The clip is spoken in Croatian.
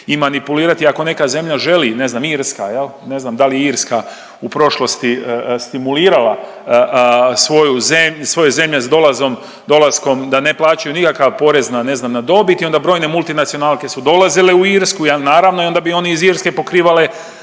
i manipulirati. Ako neka zemlja želi, ne znam, Irska jel, ne znam dal je Irska u prošlosti stimulirala svoju ze…, svoje zemlje s dolazom, dolaskom da ne plaćaju nikakav porez na, ne znam, na dobit i onda brojne multinacionalke su dolazile u Irsku naravno i onda bi oni iz Irske pokrivale,